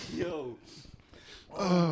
yo